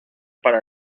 para